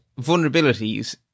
vulnerabilities